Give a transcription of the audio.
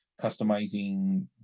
customizing